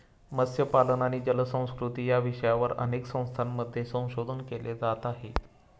मत्स्यपालन आणि जलसंस्कृती या विषयावर अनेक संस्थांमध्ये संशोधन केले जात आहे